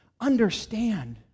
Understand